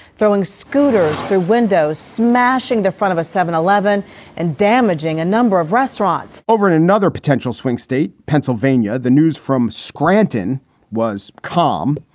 throwing scooters to windows, smashing the front of a seven eleven and damaging a number of restaurants over and another potential swing state, pennsylvania the news from scranton was calm.